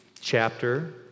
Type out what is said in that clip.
chapter